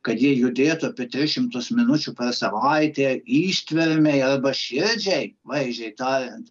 kad jie judėtų apie tris šimtus minučių per savaitę ištvermei arba širdžiai vaizdžiai tą